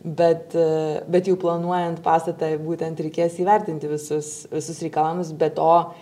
bet bet jau planuojant pastatą būtent reikės įvertinti visus visus reikalavimus be to